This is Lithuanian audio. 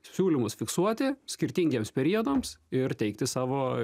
siūlymus fiksuoti skirtingiems periodams ir teikti savo